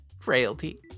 Frailty